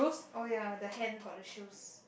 oh ya the hand got the shoes